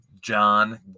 John